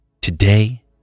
today